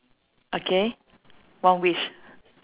okay one wish